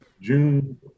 June